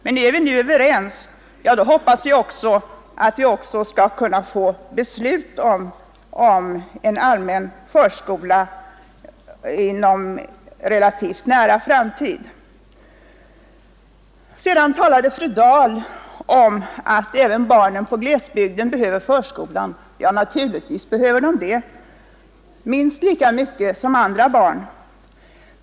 Men är vi nu överens, hoppas jag att vi också inom en relativt nära framtid skall kunna få beslut om en allmän förskola. Sedan talade fru Dahl om att även barnen i glesbygden behöver förskolan. Ja, naturligtvis behöver de det, minst lika mycket som andra barn.